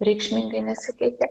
reikšmingai nesikeitė